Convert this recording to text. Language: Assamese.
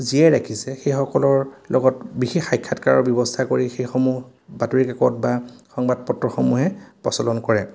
জীয়াই ৰাখিছে সেইসকলৰ লগত বিশেষ সাক্ষাৎকাৰৰ ব্যৱস্থা কৰি সেইসমূহ বাতৰি কাকত বা সংবাদ পত্ৰসমূহে প্ৰচলন কৰে